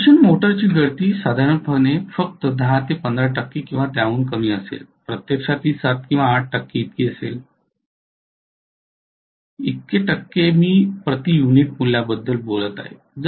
induction मोटरची गळती साधारणत फक्त 10 ते 15 टक्के किंवा त्याहूनही कमी असेल प्रत्यक्षात ती 7 ते 8 टक्के इतकी असेल मी प्रति युनिट मूल्यांबद्दल बोलत आहे